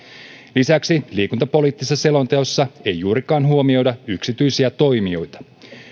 lisäksi liikuntapoliittisessa selonteossa ei juurikaan huomioida yksityisiä toimijoita